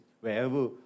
Wherever